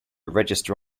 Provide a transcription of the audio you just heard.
register